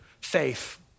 faith